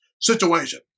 situation